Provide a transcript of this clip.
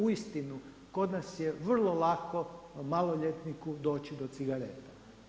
Uistinu kod nas je vrlo lako maloljetniku doći do cigarete.